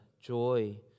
joy